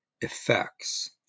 effects